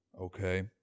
okay